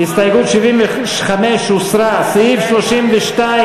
ההסתייגות של קבוצת סיעת העבודה וקבוצת סיעת קדימה